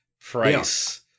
price